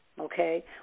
okay